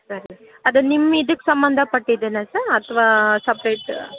ಸರಿ ಅದು ನಿಮ್ಮ ಇದಕ್ಕೆ ಸಂಬಂಧಪಟ್ಟಿದ್ದೇನಾ ಸ ಅಥವಾ ಸಪ್ರೇಟ್